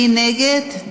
מי נגד?